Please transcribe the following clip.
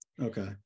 okay